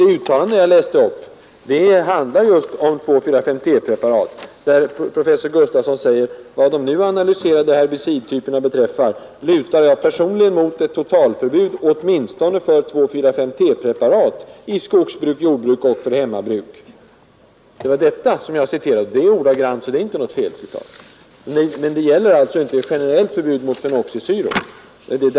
Det uttalande jag läste upp handlar just om 2,4,5-T-preparat, där professor Gustafsson säger: ”Vad de nu analyserade herbicidtyperna beträffar, lutar jag personligen mot ett totalförbud åtminstone för 2,4,5-T-preparat i skogsbruk, jordbruk och för hemmabruk ———.” Det var detta jag citerade. Det är ordagrant, så det är inte något felcitat. Men det gäller alltså inte ett generellt förbud mot fenoxisyror.